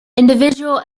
individual